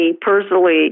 personally